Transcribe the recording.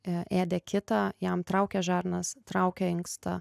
ėdė kitą jam traukė žarnas traukė inkstą